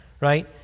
Right